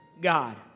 God